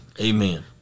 Amen